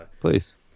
Please